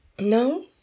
No